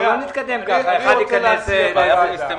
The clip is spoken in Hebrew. אנחנו לא נתקדם כך כאשר האחד ייכנס לדברי השני.